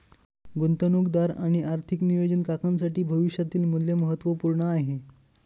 गुंतवणूकदार आणि आर्थिक नियोजन काकांसाठी भविष्यातील मूल्य महत्त्वपूर्ण आहे